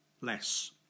less